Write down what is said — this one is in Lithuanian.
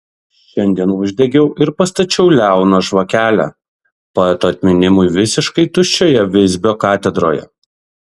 šiandien uždegiau ir pastačiau liauną žvakelę poeto atminimui visiškai tuščioje visbio katedroje